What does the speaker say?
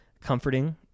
comforting